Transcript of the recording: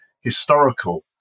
historical